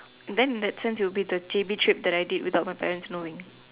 then in that sense it'll be the J_B trip that I did without my parents knowing